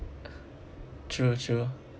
true true